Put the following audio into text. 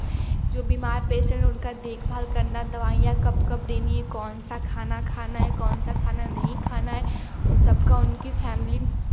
जो बीमार पेसेंट हैं उनका देखभाल करना दवाइयाँ कब कब देनी है कौन सा खाना खाना है कौन सा खाना नहीं खाना है उन सबका उनकी फैमली